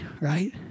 right